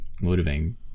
motivating